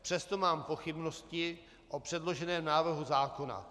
Přesto mám pochybnosti o předloženém návrhu zákona.